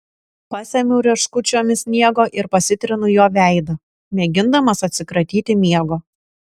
pasemiu rieškučiomis sniego ir pasitrinu juo veidą mėgindamas atsikratyti miego